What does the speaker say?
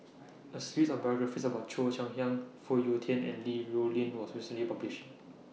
A series of biographies about Cheo Chai Hiang Phoon Yew Tien and Li Rulin was recently published